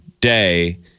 day